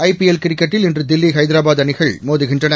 IPL கிரிக்கெட்டில் இன்று தில்லி ஹைதராபாத் அணிகள் மோதுகின்றன